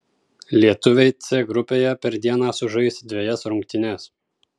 lietuviai c grupėje per dieną sužais dvejas rungtynes